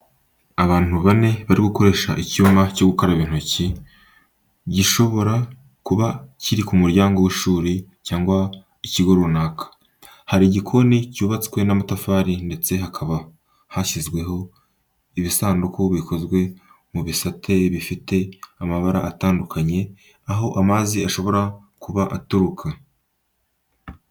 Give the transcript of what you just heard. Abantu bane bari gukoresha icyuma cyo gukaraba intoki, gishobora kuba kiri ku muryango w’ishuri cyangwa ikigo runaka. Hari igikoni cyubatswe n’amatafari ndetse hakaba hashyizweho ibisanduku bikozwe mu bisate bifite amabara atandukanye, aho amazi ashobora kuba aturuka.